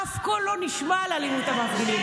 אף קול לא נשמע על אלימות המפגינים.